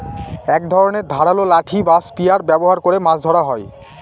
এক ধরনের ধারালো লাঠি বা স্পিয়ার ব্যবহার করে মাছ ধরা হয়